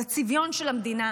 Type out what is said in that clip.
בצביון של המדינה,